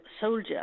soldier